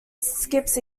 skips